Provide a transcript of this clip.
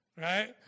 right